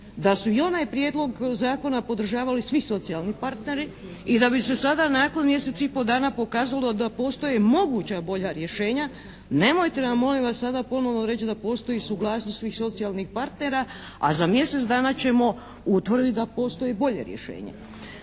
da su i onaj prijedlog zakona podržavali svi socijalni partneri i da bi se sada nakon mjesec i po dana pokazalo da postoje moguća bolja rješenja, nemojte nam molim vas sada ponovno reći da postoji suglasnost svih socijalnih partnera, a za mjesec dana ćemo utvrditi da postoji bolje rješenje.